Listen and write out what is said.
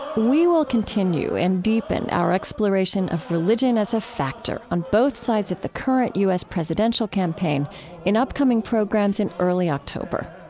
we will continue and deepen our exploration of religion as a factor on both sides of the current u s. presidential campaign in upcoming programs in early october.